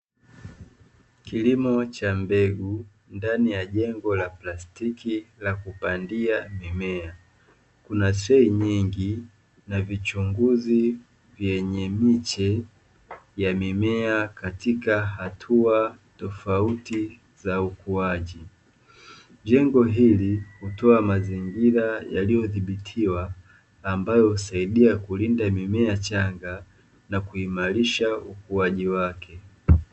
Kilimo cha mbegu ndani ya jengo la plastiki la kupandia mimea, kuna siri nyingi na vichunguzi vyenye miche ya mimea katika hatua tofauti za ukuaji, jengo hili hutoa mazingira yaliyodhibitiwa ambayo husaidia kulinda mimea iliyochanga na kuimarisha ukuaji wake.